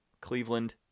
Cleveland